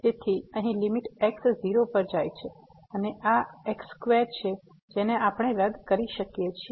તેથી અહીં limit x 0 પર જાય છે અને આ x સ્ક્વેર છે જેને આપણે રદ કરી શકીએ છીએ